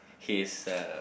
his uh